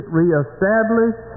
reestablish